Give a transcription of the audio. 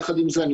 יחד עם זאת,